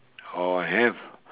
or have